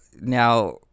now